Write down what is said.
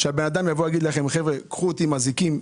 שהאדם יגיד: קחו אותי עם אזיקים,